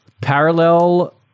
Parallel